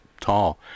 tall